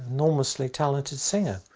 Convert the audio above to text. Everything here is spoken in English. enormously talented singer.